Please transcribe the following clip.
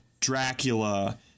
Dracula